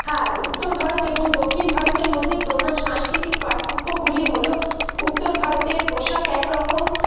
হ্যাঁ উত্তর ভারত এবং দক্ষিণ ভারতের মধ্যে প্রধান সাংস্কৃতিক পার্থক্যগুলি হল উত্তর ভারতের পোশাক একরকম